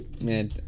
Man